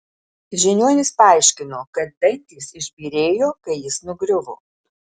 žiniuonis paaiškino kad dantys išbyrėjo kai jis nugriuvo